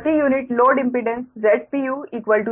तो प्रति unit load impedance Zpu